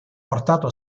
portato